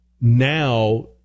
now